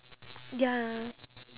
ya